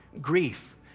grief